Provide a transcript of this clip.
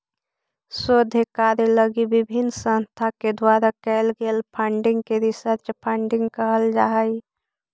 शोध कार्य लगी विभिन्न संस्था के द्वारा कैल गेल फंडिंग के रिसर्च फंडिंग कहल जा हई